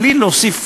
בלי להוסיף,